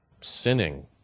sinning